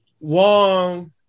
Wong